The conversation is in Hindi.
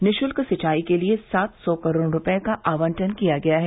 निःशुल्क सिंचाई के लिये सात सौ करोड़ रूपये का आवंटन किया गया है